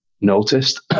noticed